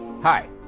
Hi